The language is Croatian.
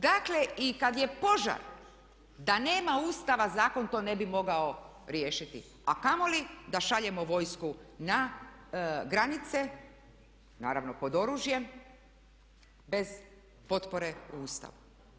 Dakle i kada je požar, da nema Ustava zakon to ne bi mogao riješiti a kamoli da šaljemo vojsku na granice, naravno pod oružjem bez potpore Ustava.